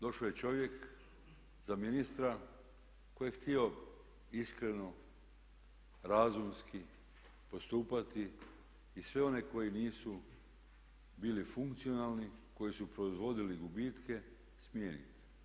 Došao je čovjek za ministra koji je htio iskreno, razumski postupati i sve one koji nisu bili funkcionalni, koji su proizvodili gubitke smijeniti.